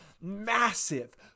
massive